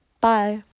Bye